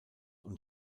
und